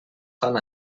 fan